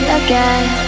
again